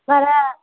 पर